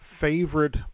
favorite